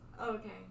okay